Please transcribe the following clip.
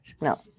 No